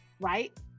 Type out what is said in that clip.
right